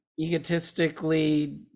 egotistically